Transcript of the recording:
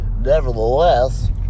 nevertheless